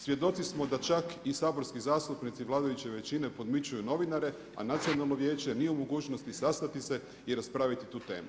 Svjedoci smo da čak i saborski zastupnici vladajuće većine podmićuju novinare, a Nacionalno vijeće nije u mogućnosti sastati se i raspraviti tu temu.